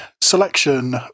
selection